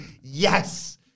Yes